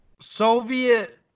Soviet